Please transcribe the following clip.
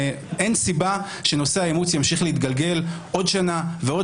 אין סיבה שנושא האימוץ ימשיך להתגלגל עוד שנה ועוד